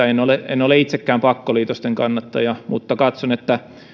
en ole en ole itsekään pakkoliitosten kannattaja mutta katson että